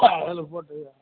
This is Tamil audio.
அதில் போட்டுருங்க